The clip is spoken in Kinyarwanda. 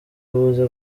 buze